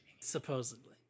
Supposedly